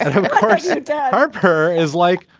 and of course her her is like.